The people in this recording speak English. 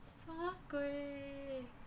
什么鬼